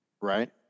Right